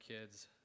kids